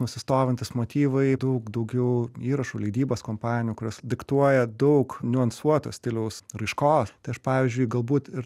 nusistovintys motyvai daug daugiau įrašų leidybos kompanijų kurios diktuoja daug niuansuoto stiliaus raiškos tai aš pavyzdžiui galbūt ir